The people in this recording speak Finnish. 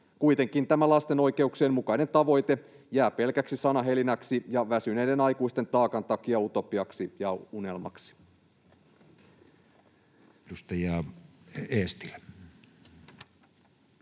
Kuitenkin tämä lasten oikeuksien mukainen tavoite jää pelkäksi sanahelinäksi ja väsyneiden aikuisten taakan takia utopiaksi ja unelmaksi.